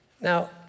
Now